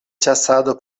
ĉasado